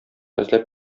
эзләп